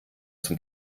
zum